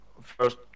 first